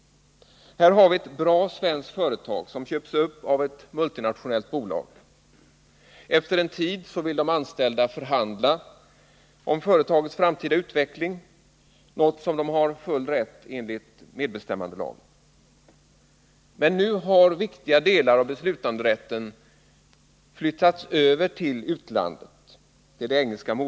Här har vi ett bra svenskt företag som köps upp av ett multinationellt bolag. Efter en tid vill de anställda förhandla om företagets framtida utveckling, något som de har full rätt till enligt medbestämmandelagen. Men nu har viktiga delar av beslutanderätten flyttats över till utlandet.